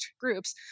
groups